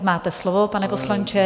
Máte slovo, pane poslanče.